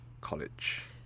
college